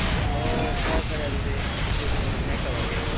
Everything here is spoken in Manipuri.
ꯑꯣ ꯐꯔꯦ ꯐꯔꯦ ꯑꯗꯨꯗꯤ ꯑꯩꯁꯨ ꯂꯥꯛꯅꯉꯥꯏ ꯇꯧꯔꯒꯦ